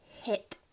hit